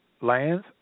lands